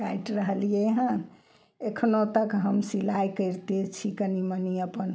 काटि रहलियै हन एखनो तक हम सिलाइ करिते छी कनि मनि अपन